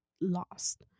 lost